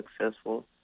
successful